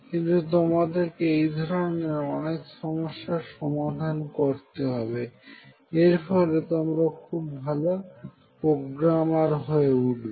কিন্তু তোমাদেরকে এই ধরনের অনেক সমস্যার সমাধান করতে হবে এর ফলে তোমরা খুব ভালো প্রোগ্রামার হয়ে উঠবে